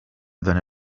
then